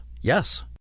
Yes